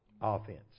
offense